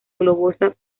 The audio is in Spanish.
globosa